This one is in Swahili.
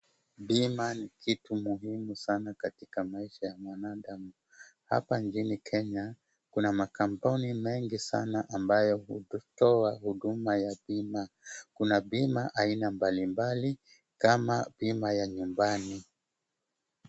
Bima ni kitu muhimu sana katika maisha ya mwanadamu, hapa nchini Kenya kuna makapuni mengi sana ambayo hututoa huduma ya bima. Kuna bima aina mbalimbali kama bima ya nyumbani.